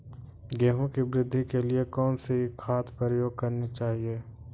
गेहूँ की वृद्धि के लिए कौनसी खाद प्रयोग करनी चाहिए?